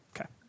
Okay